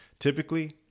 Typically